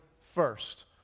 first